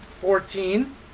fourteen